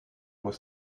was